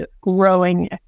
growing